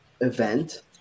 event